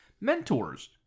mentors